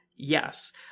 Yes